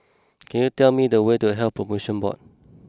can you tell me the way to Health Promotion Board